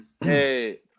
hey